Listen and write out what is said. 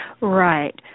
Right